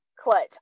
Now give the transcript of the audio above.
clutch